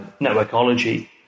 networkology